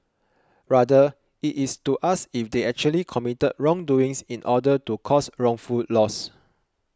rather it is to ask if they actually committed wrongdoing in order to cause wrongful loss